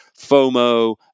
FOMO